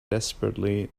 desperately